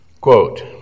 Quote